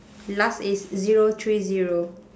last is zero three zero